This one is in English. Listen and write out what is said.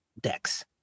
decks